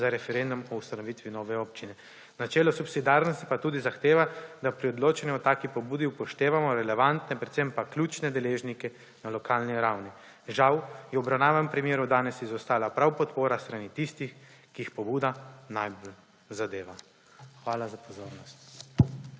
za referendum o ustanovitvi nove občine. Načelo subsidiarnosti pa tudi zahteva, da pri odločanju o taki pobudi upoštevamo relevantne, predvsem pa ključne deležnike na lokalni ravni. Žal je v obravnavanem primeru danes izostala prav podpora s strani tistih, ki jih pobuda najbolj zadeva. Hvala za pozornost.